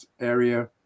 area